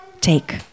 take